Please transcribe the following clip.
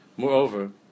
Moreover